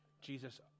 Jesus